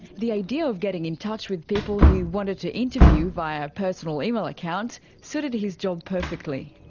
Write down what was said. the idea of getting in touch with people he wanted to interview via personal email accounts suited his job perfectly.